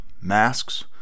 masks